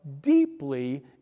deeply